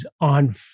on